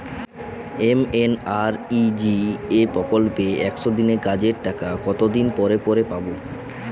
MNREGA প্রকল্পে একশ দিনের কাজের টাকা কতদিন পরে পরে পাব?